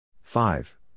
Five